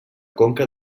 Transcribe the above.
conca